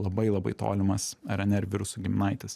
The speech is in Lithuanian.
labai labai tolimas rnr virusų giminaitis